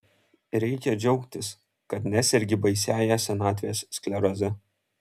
reikia džiaugtis kad nesergi baisiąja senatvės skleroze